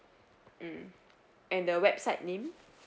mm and the website name